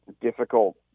difficult